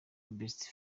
best